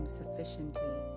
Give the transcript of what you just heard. sufficiently